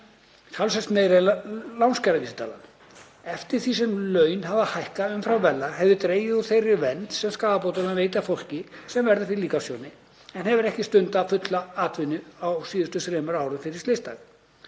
talsvert meira en lánskjaravísitalan. Eftir því sem laun hafa hækkað umfram verðlag hefur dregið úr þeirri vernd sem skaðabótalögin veita fólki sem verður fyrir líkamstjóni en hefur ekki stundað fulla atvinnu á síðustu þremur árum fyrir slysdag.